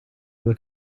due